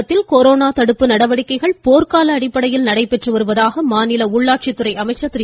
தமிழகத்தில் கொரோனா தடுப்பு நடவடிக்கைகள் போர்க்கால அடிப்படையில் நடைபெற்று வருவதாக மாநில உள்ளாட்சித் துறை அமைச்சர் திரு